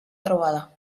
trobada